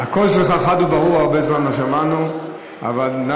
במה היא